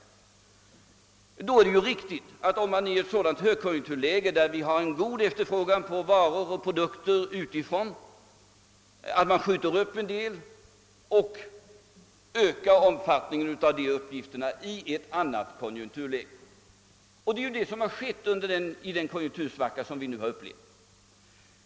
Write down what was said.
Enligt vår mening är det riktigt att i ett högkonjunkturläge, där det råder en god efterfrågan utifrån på varor och produkter, skjuta upp utförandet av en del uppgifter och så öka omfattningen av dessa uppgifter i ett annat konjunkturläge. Det är detta som skett i den konjunktursvacka som vi nu upplevt.